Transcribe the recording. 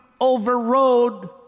overrode